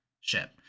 ship